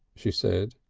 she said.